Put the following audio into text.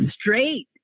straight